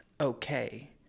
okay